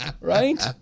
Right